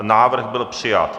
Návrh byl přijat.